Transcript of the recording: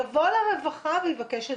יבוא לרווחה ויבקש עזרה.